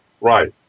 Right